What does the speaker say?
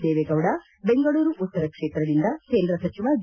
ದೇವೇಗೌಡ ಬೆಂಗಳೂರು ಉತ್ತರಕ್ಷೇತ್ರದಿಂದ ಕೇಂದ್ರ ಸಚಿವ ಡಿ